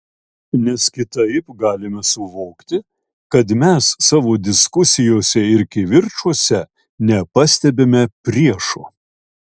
nes kitaip galime suvokti kad mes savo diskusijose ir kivirčuose nepastebime priešo